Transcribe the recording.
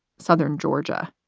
southern georgia.